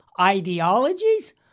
ideologies